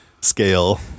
scale